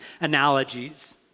analogies